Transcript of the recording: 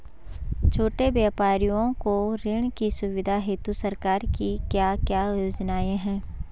छोटे व्यापारियों को ऋण की सुविधा हेतु सरकार की क्या क्या योजनाएँ हैं?